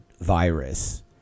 virus